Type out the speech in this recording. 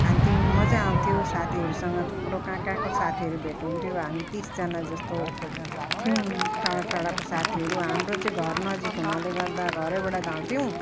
खान्थ्यौँ मज्जै आउँथ्यो साथीहरूसँग थुप्रो कहाँ कहाँको साथीहरू भेट हुन्थ्यो हामी तिसजना जस्तो थियौँ टाडो टाडोको साथीहरू हाम्रो चाहिँ घर नजिक हुनाले गर्दा घरैबाट धाउथ्यौँ